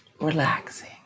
relaxing